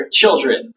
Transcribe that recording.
children